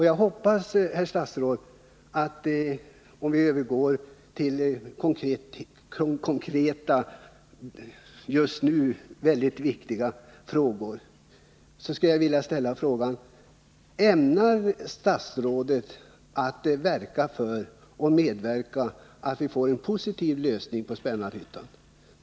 Jag vill i det sammanhanget ställa den konkreta och just nu viktiga frågan till statsrådet: Ämnar statsrådet verka för och medverka till att vi får en positiv lösning på frågan om Spännarhyttan?